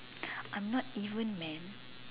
I'm not even man